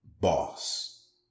boss